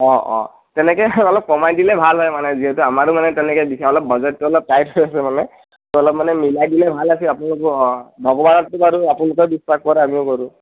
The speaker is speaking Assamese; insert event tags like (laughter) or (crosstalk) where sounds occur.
অঁ অঁ তেনেকে অলপ কমাই দিলে ভাল হয় মানে যিহেতু আমাৰো মানে তেনেকৈ (unintelligible) বাজেটটো অলপ টাইট হৈ আছে মানে ত' অলপ মানে মিলাই দিলে ভাল আছিল আপোনালোকো ভগৱানকটো বাৰু আপোনালোকেও বিশ্ৱাস কৰে আমিও কৰোঁ